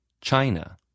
China